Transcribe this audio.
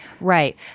Right